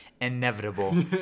inevitable